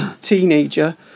teenager